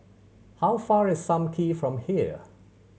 how far is Sam Kee from here